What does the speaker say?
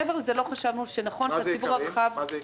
מעבר לזה לא חשבנו שנכון שהציבור הרחב --- מה זה יקרים?